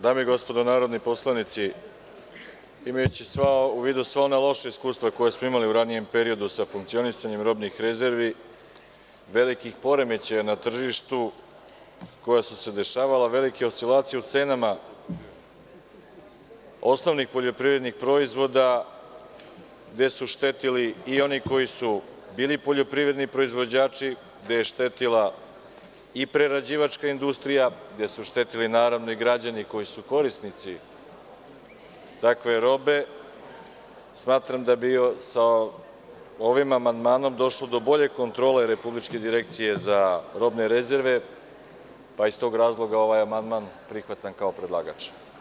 Dame i gospodo narodni poslanici, imajući u vidu sva ona loša iskustva koja smo imali u ranijem periodu sa funkcionisanjem robnih rezervi, velikim poremećajima na tržištu koja su se dešavala, velikim oscilacijama u cenama osnovnih poljoprivrednih proizvoda, gde su štetili i oni koji su bili poljoprivredni proizvođači, gde je štetila i prerađivačka industrija, gde su štetili, naravno, i građani koji su korisnici takve robe, smatram da bi sa ovim amandmanom došlo do bolje kontrole Republičke direkcije za robne rezerve, pa iz tog razloga ovaj amandman prihvatam kao predlagač.